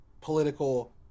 political